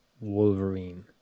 Wolverine